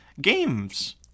games